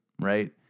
right